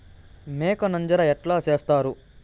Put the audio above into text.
మేక నంజర ఎట్లా సేస్తారు?